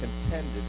contended